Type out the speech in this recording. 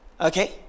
Okay